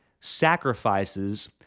sacrifices